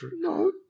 No